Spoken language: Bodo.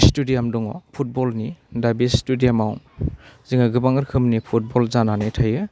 स्टेडियाम दङ फुटबलनि दा बे स्टेडियामाव जोङो गोबां रोखोमनि फुटबल जानानै थायो